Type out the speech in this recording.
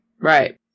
Right